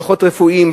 דוחות רפואיים,